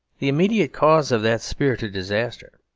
the immediate cause of that spirited disaster,